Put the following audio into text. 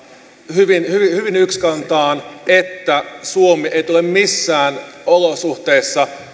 hyvin hyvin yksikantaan että suomi ei tule missään olosuhteissa